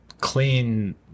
clean